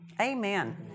Amen